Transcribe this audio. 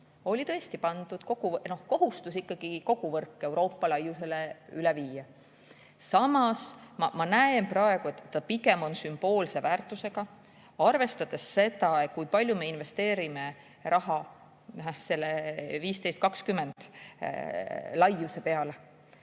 oli tõesti pandud kohustus ikkagi kogu võrk Euroopa laiusele üle viia. Samas, ma näen praegu, et see on pigem sümboolse väärtusega. Arvestades seda, kui palju me investeerime raha selle 1520 laiuse peale,